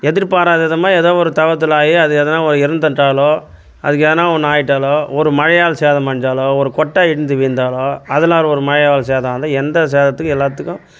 எதிர்பாராதவிதமாக ஏதோ ஒரு தவறுதலாகி அது எதனா ஒரு இறந்துட்டாலோ அதுக்கு எதனா ஒன்று ஆகிட்டாலோ ஒரு மழையால் சேதமடைஞ்சாலோ ஒரு கொட்டாய் இடிந்து விழுந்தாலோ அதனால் ஒரு மழையால் சேதாரம் வந்தால் எந்த சேதாரத்துக்கும் எல்லாத்துக்கும்